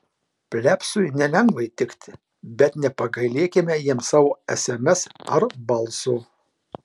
plebsui nelengva įtikti bet nepagailėkime jiems savo sms ar balso